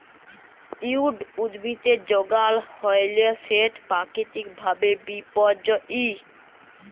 weed উদ্ভিদের যগাল হ্যইলে সেট পাকিতিক ভাবে বিপর্যয়ী